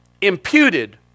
imputed